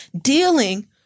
dealing